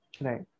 Right